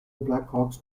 blackhawks